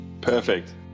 Perfect